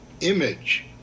image